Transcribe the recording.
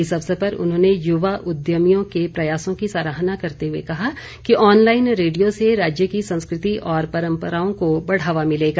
इस अवसर पर उन्होंने युवा उद्यमियों के प्रयासों की सराहना करते हुए कहा कि ऑनलाईन रेडियो से राज्य की संस्कृति और परंपराओं को बढ़ावा मिलेगा